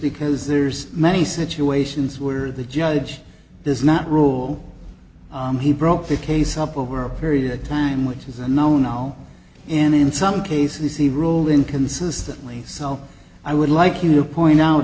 because there's many situations where the judge does not rule he broke the case up over a period of time which is a no no and in some cases he ruled in consistently so i would like you to point out